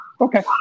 Okay